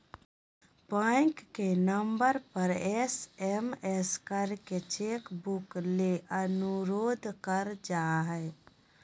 bank के नम्बर पर एस.एम.एस करके चेक बुक ले अनुरोध कर जा हय